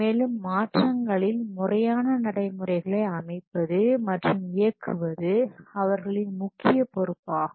மேலும் மாற்றங்களில் முறையான நடைமுறைகளை அமைப்பது மற்றும் இயக்குவது அவர்களின் முக்கிய பொறுப்பாகும்